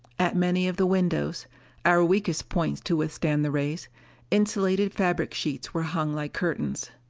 at many of the windows our weakest points to withstand the rays insulated fabric sheets were hung like curtains.